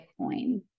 Bitcoin